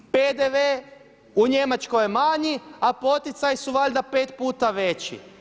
PDV u Njemačkoj je manji a poticaji su valjda pet puta veći.